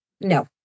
no